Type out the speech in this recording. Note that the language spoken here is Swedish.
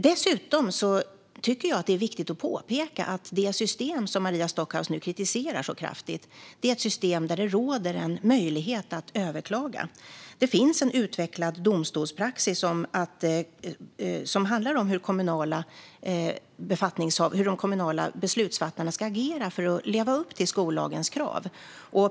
Dessutom tycker jag att det är viktigt att påpeka att det system som Maria Stockhaus nu kritiserar så kraftigt är ett system där det finns möjlighet att överklaga. Det finns en utvecklad domstolspraxis som handlar om hur de kommunala beslutsfattarna ska agera för att leva upp till skollagens krav.